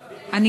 בבתי-הספר,